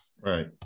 Right